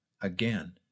again